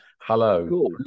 hello